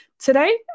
Today